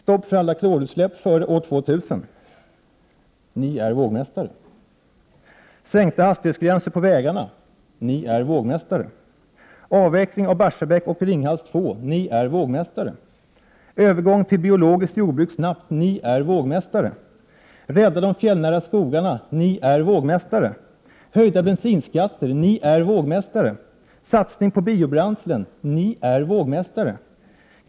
Stopp för alla klorutsläpp före år 2000 — ni är vågmästare. Sänkta hastighetsgränser på vägarna — ni är vågmästare. Avveckling av Barsebäck och Ringhals 2 — ni är vågmästare. Övergång till biologiskt jordbruk snabbt — ni är vågmästare. Rädda de fjällnära skogarna — ni är vågmästare. Höjda bensinskatter — ni är vågmästare. Satsning på biobränslen — ni är vågmästare.